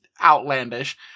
outlandish